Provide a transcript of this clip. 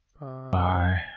Bye